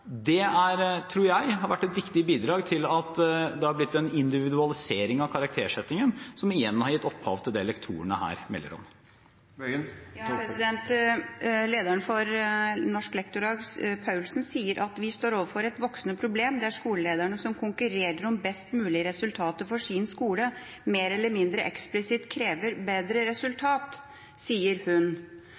tror jeg har vært et viktig bidrag til at det har blitt en individualisering av karaktersettingen, som igjen har gitt opphav til det lektorene her melder om. Lederen for Norsk Lektorlag, Paulsen, sier: «Vi står overfor et voksende problem der skoleledere som konkurrerer om best mulig resultater for sin skole, mer eller mindre eksplisitt krever bedre resultat.».